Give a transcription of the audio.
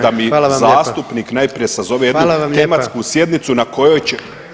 da mi zastupnik najprije sazove jednu tematsku sjednicu na kojoj će